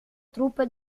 truppe